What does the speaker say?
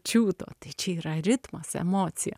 čiūto tai čia yra ritmas emocija